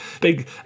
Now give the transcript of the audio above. big